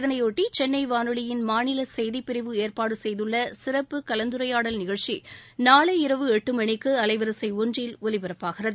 இதனையொட்டி சென்னை வானொலியின் மாநில செய்திப்பிரிவு ஏற்பாடு செய்துள்ள சிறப்பு கலந்துரையாடல் நிகழ்ச்சி நாளை இரவு எட்டு மணிக்கு அலைவரிசை ஒன்றில் ஒலிபரப்பாகிறது